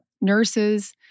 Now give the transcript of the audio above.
nurses